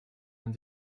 man